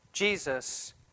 Jesus